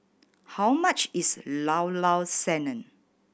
how much is Llao Llao Sanum